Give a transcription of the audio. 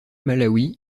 malawi